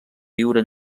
viure